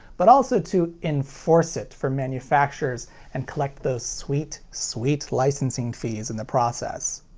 but also to enforce it from manufactures and collect those sweet, sweet licensing fees in the process.